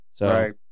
Right